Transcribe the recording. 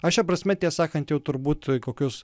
aš šia prasme tiesą sakant jau turbūt kokius